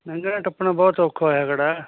ਲੰਘਣਾ ਟੱਪਣਾ ਬਹੁਤ ਔਖਾ ਹੋਇਆ ਖੜ੍ਹਾ